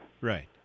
Right